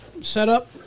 setup